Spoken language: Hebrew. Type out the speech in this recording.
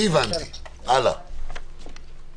אני מדבר על הרחוב ולא על החצר.